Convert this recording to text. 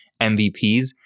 MVPs